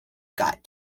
got